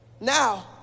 now